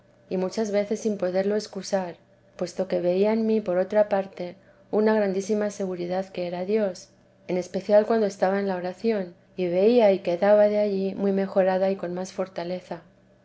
y muchas veces sin poderlo excusar puesto que veía en mí por otra parte una grandísima seguridad que era dios en especial cuando estaba en la oración y veía que quedaba de allí muy mejorada y con más fortaleza